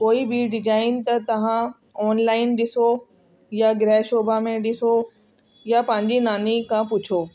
कोई बि डिजाइन त तव्हां ऑनलाइन ॾिसो या ग्रहशोभा में ॾिसो या पंहिंजी नानी खां पुछो